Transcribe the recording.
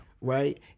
Right